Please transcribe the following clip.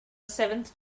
seventh